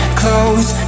close